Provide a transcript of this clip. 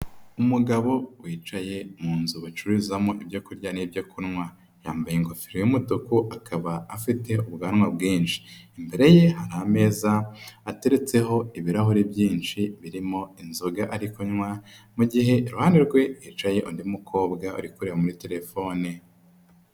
Umugabo wicaye mu nzu bacururizamo ibyo kurya n'ibyo kunywa yambaye ingofero y'umutuku akaba afite ubwanwa bwinshi. Imbere ye hari ameza ateretseho ibirahure byinshi birimo inzoga ari kunywa, mu gihe iruhande rwe hicaye undi mukobwa uri kureba muri telefone.